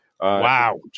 wow